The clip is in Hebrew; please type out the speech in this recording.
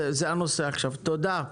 תודה.